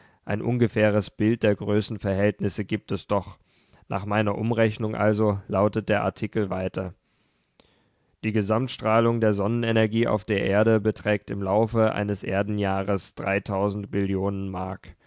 ein ungefähres bild der größenverhältnisse gibt es doch nach meiner umrechnung also lautet der artikel weiter die gesamtstrahlung der sonnenenergie auf die erde beträgt im laufe eines erdenjahr mark